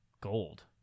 gold